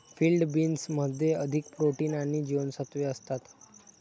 field बीन्समध्ये अधिक protein आणि जीवनसत्त्वे असतात